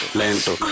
lento